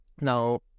Now